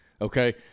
Okay